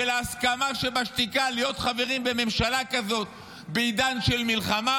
של ההסכמה שבשתיקה להיות חברים בממשלה כזאת בעידן של מלחמה,